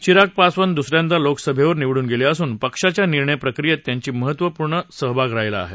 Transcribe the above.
चिराग पासवान दुस यांदा लोकसभेवर निवडून गेले असून पक्षाच्या निर्णयप्रक्रीयेत त्यांचा महत्त्वपूर्ण सहभाग राहिला आहे